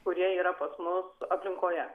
kurie yra pas mus aplinkoje